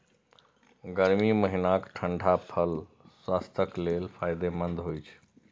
गर्मी महीनाक ठंढा फल स्वास्थ्यक लेल फायदेमंद होइ छै